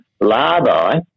larvae